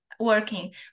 working